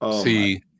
See